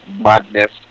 madness